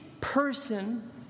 person